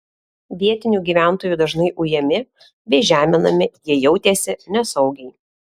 vietinių gyventojų dažnai ujami bei žeminami jie jautėsi nesaugiai